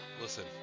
Listen